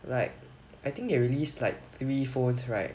like I think they released like three phones right